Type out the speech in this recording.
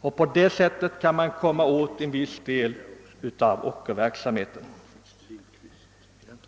På det sättet kan man komma åt en del av ockerverksamheten.